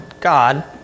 God